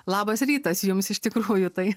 labas rytas jums iš tikrųjų tai